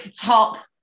top